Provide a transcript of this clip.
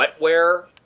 wetware